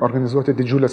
organizuoti didžiulės